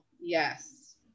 yes